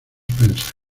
spencer